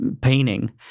painting